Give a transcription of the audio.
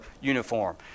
uniform